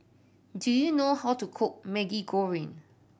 do you know how to cook Maggi Goreng